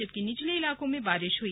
जबकि निचले इलाकों में बारिश हुई